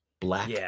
black